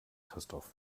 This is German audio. christoph